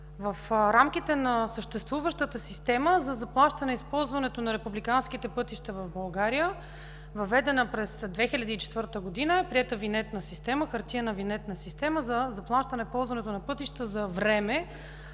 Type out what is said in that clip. в рамките на съществуващата система за заплащане използването на републиканските пътища в България, въведена през 2004 г., е приета винетна система – хартиена винетна система за заплащане ползването на пътища за време,